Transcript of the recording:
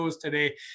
today